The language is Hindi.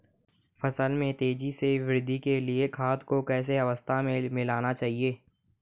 फसल में तेज़ी से वृद्धि के लिए खाद को किस अवस्था में मिलाना चाहिए?